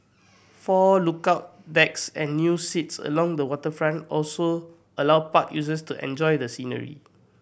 four lookout decks and new seats along the waterfront also allow park users to enjoy the scenery